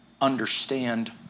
understand